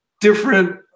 different